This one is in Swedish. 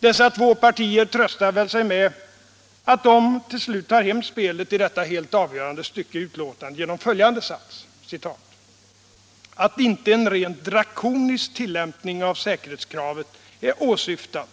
Dessa två partier tröstar väl sig med att de till slut tar hem spelet i detta helt avgörande stycke i betänkandet genom följande sats: ”Att inte en rent drakonisk tillämpning av säkerhetskravet är åsyftad